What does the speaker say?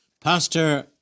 Pastor